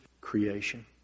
creation